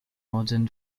modern